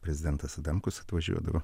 prezidentas adamkus atvažiuodavo